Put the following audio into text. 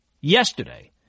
yesterday